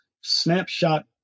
snapshot